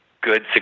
good